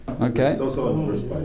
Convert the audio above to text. Okay